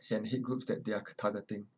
and hate groups that they are t~ targeting